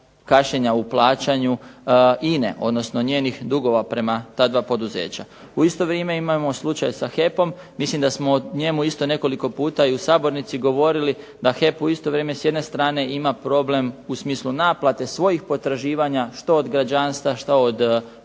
kašnjenja u plaćanju INA-e, odnosno njenih dugova prema ta dva poduzeća. U isto vrijeme imamo slučaj sa HEP-om, mislim da smo o njemu isto nekoliko puta i u sabornici govorili, na HEP-u u isto vrijeme s jedne strane ima problem u smislu naplate svojih potraživanja što od građanstva, šta od